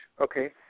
Okay